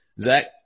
Zach